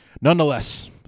nonetheless